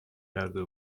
کرده